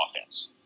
offense